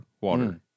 water